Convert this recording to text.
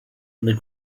and